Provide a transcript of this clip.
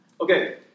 Okay